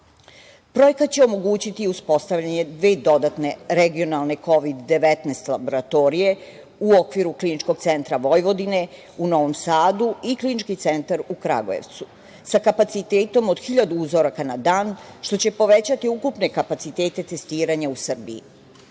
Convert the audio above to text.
će omogućiti uspostavljanje dve dodatne regionalne Kovid-19 laboratorije u okviru Kliničkog centra Vojvodine u Novom Sadu i Klinički centar u Kragujevcu, sa kapacitetom od 1000 uzoraka na dan, što će povećati ukupne kapacitete testiranja u Srbiji.